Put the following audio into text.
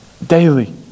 daily